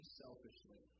selfishly